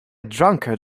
drunkard